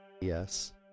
Yes